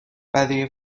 برای